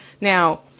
Now